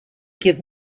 give